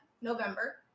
November